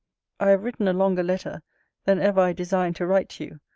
i have written a longer letter than ever i designed to write to you,